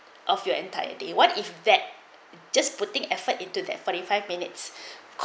of your entire day what if that just putting effort into that forty five minutes